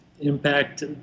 impact